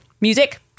Music